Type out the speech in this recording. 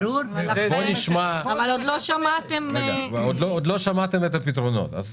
עוד לא שמעתם את הפתרונות.